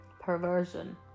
Perversion